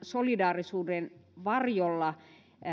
solidaarisuuden varjolla